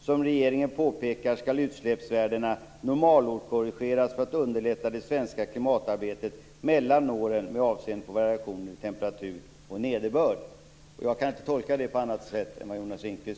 Som regeringen påpekar skall utsläppsvärdena normalårskorrigeras för att underlätta det svenska klimatarbetet mellan åren med avseende på variationer i temperatur och nederbörd." Jag kan inte tolka detta på annat sätt än Jonas